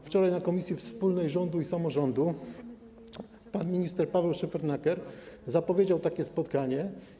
Wczoraj na posiedzeniu komisji wspólnej rządu i samorządu pan minister Paweł Szefernaker zapowiedział takie spotkanie.